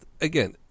Again